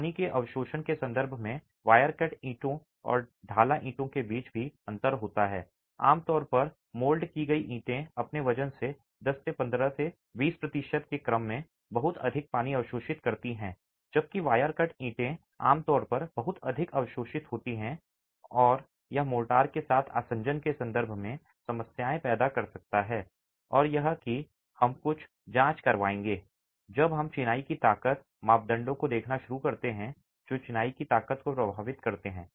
पानी के अवशोषण के संदर्भ में वायर कट ईंटों और ढाला ईंटों के बीच भी अंतर होता है आमतौर पर मोल्ड की गई ईंटें अपने वजन से 10 से 15 से 20 प्रतिशत के क्रम में बहुत अधिक पानी अवशोषित करती हैं जबकि वायर कट ईंटें आमतौर पर बहुत अधिक अवशोषित होती हैं कम और यह मोर्टार के साथ आसंजन के संदर्भ में समस्याएं पैदा कर सकता है और यह कि हम कुछ जांच करेंगे जब हम चिनाई की ताकत और मापदंडों को देखना शुरू करते हैं जो चिनाई की ताकत को प्रभावित करते हैं